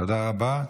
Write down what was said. תודה רבה.